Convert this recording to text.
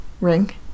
Ring